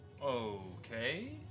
Okay